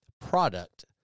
product